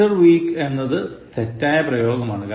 After week എന്നത് തെറ്റായ ഉപയോഗമാണ്